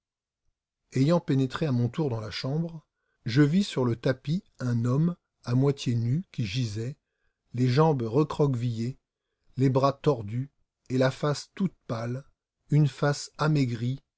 ayant pénétré à mon tour dans la chambre je vis sur le tapis un homme à moitié nu qui gisait les jambes recroquevillées les bras tordus et la face toute pâle une face amaigrie